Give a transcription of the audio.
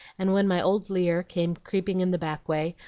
and when my old lear came creeping in the back way,